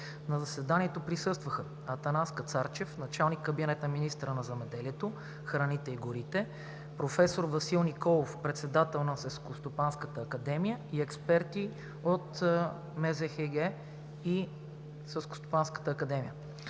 На заседанието присъстваха: Атанас Кацарчев – началник кабинет на министъра на земеделието, храните и горите, професор Васил Николов – председател на Селскостопанската академия (ССА), и експерти от МЗХГ и ССА. Законопроектът